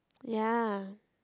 ya